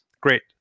Great